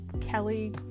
Kelly